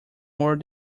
more